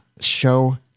show